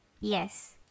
Yes